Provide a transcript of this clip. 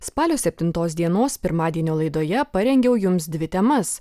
spalio septintos dienos pirmadienio laidoje parengiau jums dvi temas